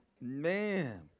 Man